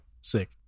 Sick